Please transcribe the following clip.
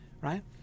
right